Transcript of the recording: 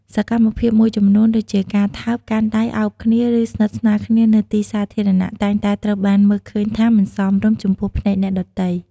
សកម្មភាពមួយចំនួនដូចជា ការថើប កាន់ដៃ អោបគ្នា ឬស្និទ្ធស្នាលគ្នានៅទីសាធារណៈ តែងតែត្រូវបានមើលឃើញថាមិនសមរម្យ ចំពោះភ្នែកអ្នកដទៃ។